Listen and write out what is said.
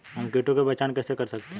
हम कीटों की पहचान कैसे कर सकते हैं?